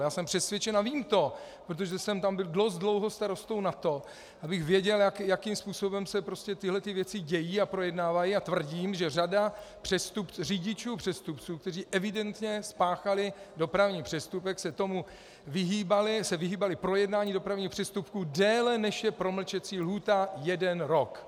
Já jsem přesvědčen a vím to, protože jsem tam byl dost dlouho starostou na to, abych věděl, jakým způsobem se tyhle věci dějí a projednávají, a tvrdím, že řada řidičů přestupců, kteří evidentně spáchali dopravní přestupek, se tomu vyhýbala, vyhýbala se projednání dopravních přestupků déle, než je promlčecí lhůta jeden rok.